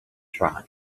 track